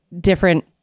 different